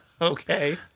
Okay